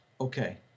Okay